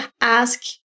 ask